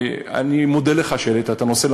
אני מודה לך על כך שהעלית את הנושא,